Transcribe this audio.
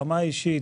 ברמה האישית